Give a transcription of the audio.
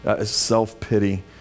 self-pity